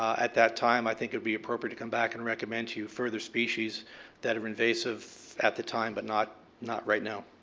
at that time, i think it would be appropriate to come back and recommend to you further species that are invasive at the time but not not right now.